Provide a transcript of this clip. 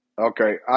Okay